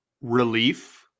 Relief